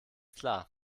klar